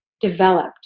developed